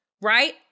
right